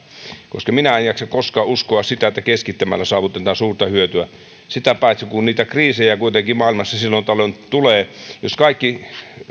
koska minä en jaksa uskoa sitä että keskittämällä koskaan saavutetaan suurta hyötyä sitä paitsi kun niitä kriisejä kuitenkin maailmassa silloin tällöin tulee niin jos kaikki